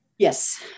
Yes